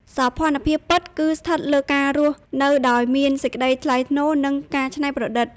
សោភ័ណភាពពិត គឺស្ថិតលើការរស់នៅដោយមានសេចក្ដីថ្លៃថ្នូរ និងការច្នៃប្រឌិត។